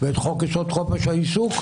ואת חוק-יסוד: חופש העיסוק?